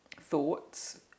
thoughts